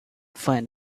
find